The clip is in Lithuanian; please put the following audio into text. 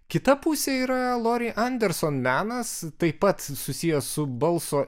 kita pusė yra lori anderson menas taip pat susijęs su balso